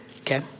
Okay